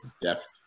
depth